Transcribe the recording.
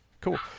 cool